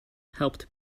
helped